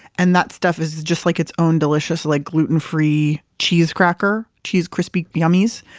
and that stuff is just like its own delicious, like gluten-free cheese cracker, cheese crispy yummies.